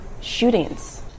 shootings